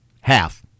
Half